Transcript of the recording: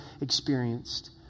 experienced